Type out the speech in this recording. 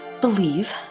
believe